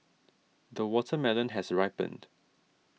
the watermelon has ripened